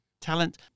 talent